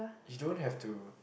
you don't have too